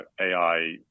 AI